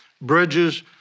bridges